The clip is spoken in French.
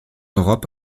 europe